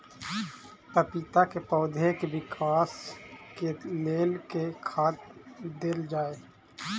पपीता केँ पौधा केँ विकास केँ लेल केँ खाद देल जाए?